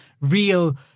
real